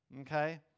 Okay